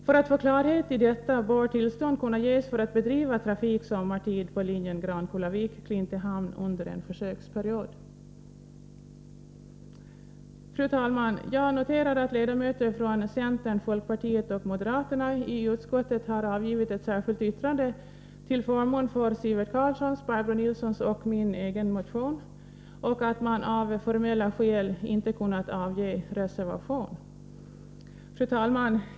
För att få klarhet i detta bör tillstånd kunna ges för att bedriva trafik sommartid på linjen Grankullavik-Klintehamn under en försöksperiod. Fru talman! Jag noterar att ledamöter från centern, folkpartiet och moderaterna i utskottet har avgivit ett särskilt yttrande till förmån för Sivert Carlssons, Barbro Nilssons och min egen motion och att man av formella skäl inte kunnat avge reservation. Fru talman!